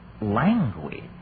language